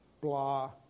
Blah